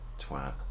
twat